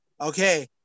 Okay